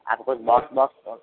आप कुछ बॉक्स वॉक्स दो